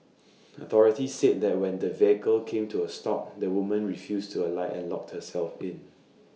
authorities said that when the vehicle came to A stop the woman refused to alight and locked herself in